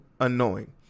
annoying